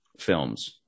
films